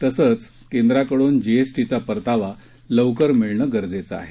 तसंच केंद्राकडून जीएसटीचा परतावा लवकर मिळणं गरजेचं आहे